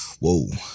Whoa